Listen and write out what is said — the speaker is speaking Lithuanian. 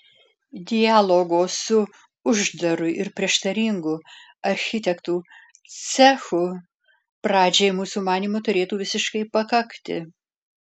dialogo su uždaru ir prieštaringu architektų cechu pradžiai mūsų manymu turėtų visiškai pakakti